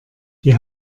die